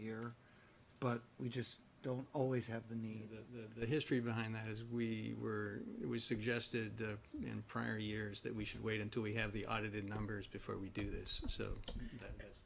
year but we just don't always have the need the history behind that as we were it was suggested in prior years that we should wait until we have the audited numbers before we do this so that